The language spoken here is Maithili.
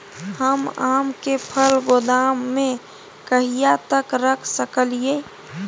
हम आम के फल गोदाम में कहिया तक रख सकलियै?